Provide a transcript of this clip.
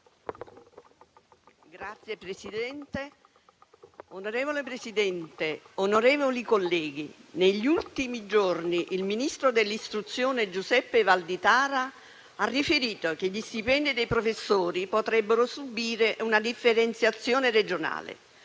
*(M5S)*. Signor Presidente, onorevoli colleghi, negli ultimi giorni il ministro dell'istruzione Giuseppe Valditara ha riferito che gli stipendi dei professori potrebbero subire una differenziazione regionale.